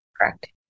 correct